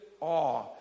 awe